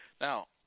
Now